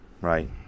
Right